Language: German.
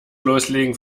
loslegen